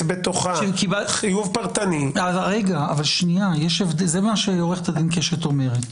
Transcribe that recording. בתוכה חיוב פרטני- - זה מה שעו"ד קשת אומרת.